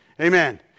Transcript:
Amen